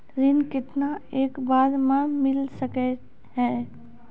ऋण केतना एक बार मैं मिल सके हेय?